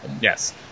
Yes